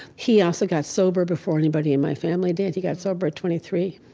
he also got sober before anybody in my family did. he got sober at twenty three.